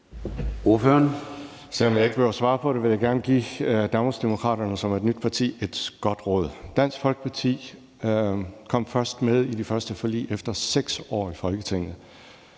(DF): Selv om jeg ikke behøver at svare på det, vil jeg gerne give Danmarksdemokraterne, som er et nyt parti, et godt råd. Dansk Folkeparti kom først med i de første forlig efter 4 år i Folketinget.